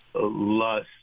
lust